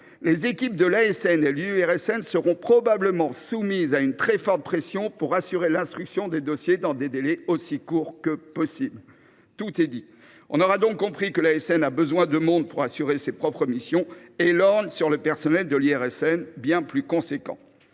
les équipes de l’ASN et de l’IRSN seront probablement soumises à une très forte pression pour assurer l’instruction des dossiers dans des délais aussi courts que possible. » Tout est dit ! On l’aura donc compris, l’ASN a besoin de monde pour assurer ses propres missions et lorgne par conséquent le personnel de l’IRSN, bien plus étoffé.